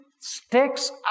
sticks